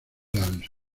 lance